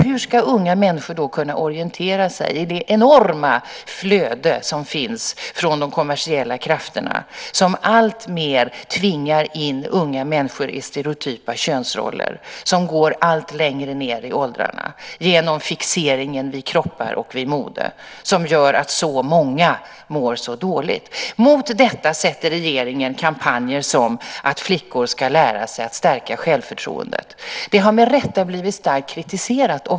Hur ska unga människor då kunna orientera sig i det enorma flöde som finns från de kommersiella krafterna, som alltmer tvingar in unga människor i stereotypa könsroller, som går allt längre ned i åldrarna, genom fixeringen vid kroppar och vid mode, som gör att så många mår så dåligt. Mot detta sätter regeringen kampanjer som att flickor ska lära sig att stärka självförtroendet. Det har med rätta blivit starkt kritiserat.